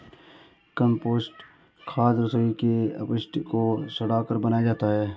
compost खाद रसोई के अपशिष्ट को सड़ाकर बनाया जाता है